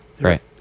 Right